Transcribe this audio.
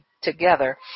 together